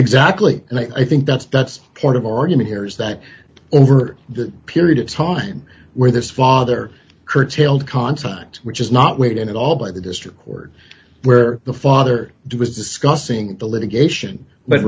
exactly and i think that's that's part of our argument here is that over the period of time where this father curtailed contact which is not weighed in at all by the district court where the father did was discussing the litigation but